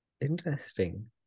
Interesting